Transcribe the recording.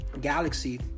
galaxy